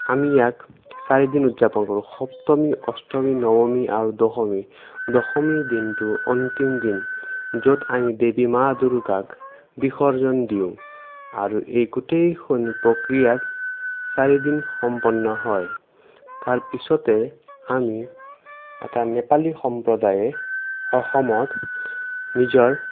আমি ইয়াক চাৰিদিন উদযাপন কৰোঁ সপ্তমী অষ্টমী নৱমী আৰু দশমী দশমীৰ দিনটো অন্তিম দিন য'ত আমি দেৱী মা দূৰ্গাক বিসৰ্জন দিওঁ আৰু এই গোটেই প্ৰক্ৰিয়াত চাৰিদিন সম্পন্ন হয় তাৰ পিছতে আমি এটা নেপালী সম্প্ৰদায়ে অসমত নিজৰ